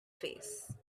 face